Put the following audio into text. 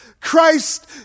christ